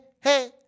hey